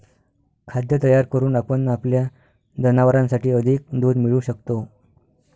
खाद्य तयार करून आपण आपल्या जनावरांसाठी अधिक दूध मिळवू शकतो